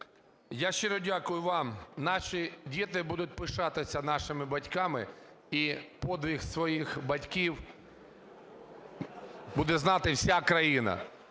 Я щиро дякую вам, наші діти будуть пишатися нашими батьками і подвиг своїх батьків, буде знати вся країна.